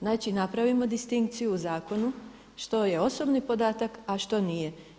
Znači napravimo distinkciju u zakonu što je osobni podatak, a što nije.